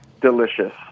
delicious